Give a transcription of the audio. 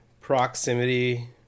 proximity